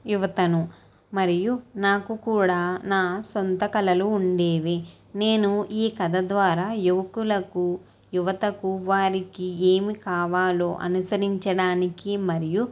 యువతను మరియు నాకు కూడా నా సొంత కలలు ఉండేవి నేను ఈ కథ ద్వారా యువకులకు యువతకు వారికి ఏమి కావాలో అనుసరించడానికి మరియు